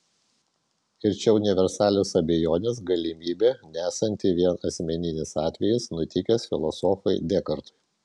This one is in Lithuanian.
ir čia universalios abejonės galimybė nesanti vien asmeninis atvejis nutikęs filosofui dekartui